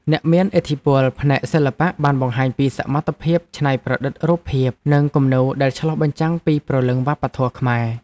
អ្នកមានឥទ្ធិពលផ្នែកសិល្បៈបានបង្ហាញពីសមត្ថភាពច្នៃប្រឌិតរូបភាពនិងគំនូរដែលឆ្លុះបញ្ចាំងពីព្រលឹងវប្បធម៌ខ្មែរ។